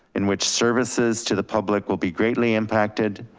in which services to the public will be greatly impacted,